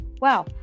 Wow